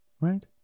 right